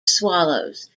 swallows